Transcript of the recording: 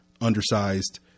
undersized